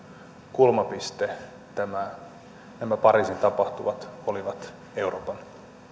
kulmapiste nämä pariisin tapahtumat olivat euroopan